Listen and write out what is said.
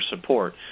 support